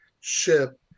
ship